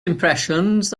impressions